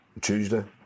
Tuesday